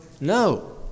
No